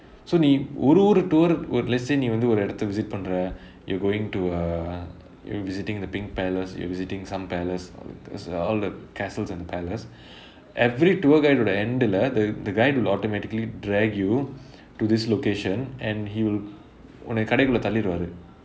so நீ ஒரு ஒரு:nee oru oru tour so let's say நீ ஒரு இடத்தை:nee oru idathai visit பண்றே:pandrae you're going to err you're visiting the pink palace you're visiting some palace uh all the castles and palace every tour guide ஓடை:odai end டுளே:dulae the the guy will automatically drag you to this location and he will உன்னை கடைக்கு உள்ளே தள்ளிருவாரு:unnai kadaikku ullae thalliruvaaru